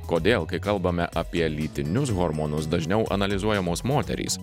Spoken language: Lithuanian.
kodėl kai kalbame apie lytinius hormonus dažniau analizuojamos moterys